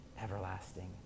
everlasting